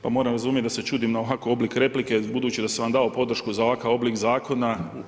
Pa mora razumjeti da se čudim na ovakav oblik replike, budući da sam vam dao podršku za ovakav oblik zakona.